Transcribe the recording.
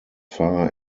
far